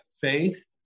faith